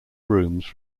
rooms